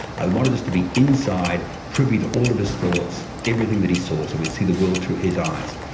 i wanted us to be inside, privy to all of his thoughts, everything that he saw, so we we'd see the world through his eyes.